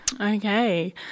Okay